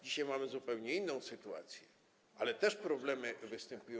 Dzisiaj mamy zupełnie inną sytuację, ale problemy też występują.